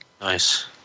Nice